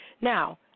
Now